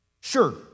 Sure